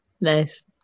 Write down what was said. nice